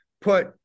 Put